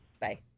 Bye